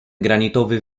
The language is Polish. granitowy